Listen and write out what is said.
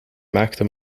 maakte